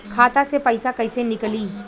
खाता से पैसा कैसे नीकली?